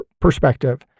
perspective